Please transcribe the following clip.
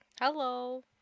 Hello